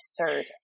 absurd